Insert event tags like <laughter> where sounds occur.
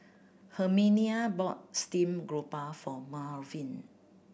Herminia bought <unintelligible> grouper for Melvyn